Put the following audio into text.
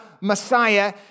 Messiah